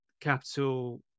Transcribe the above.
capital